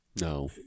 No